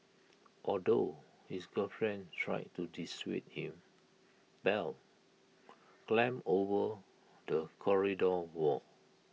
although his girlfriend tried to dissuade him bell climbed over the corridor wall